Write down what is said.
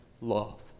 love